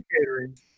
catering